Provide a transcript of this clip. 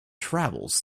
travels